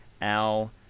Al